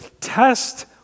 Test